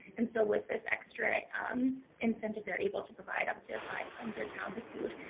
and so with this extra incentive they're able to provide up to five hundred pounds of food,